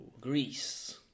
Greece